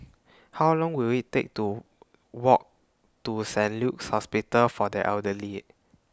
How Long Will IT Take to Walk to Saint Luke's Hospital For The Elderly